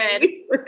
good